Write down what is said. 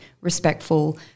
respectful